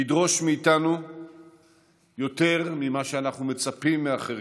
לדרוש מאיתנו יותר ממה שאנחנו מצפים מאחרים.